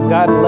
God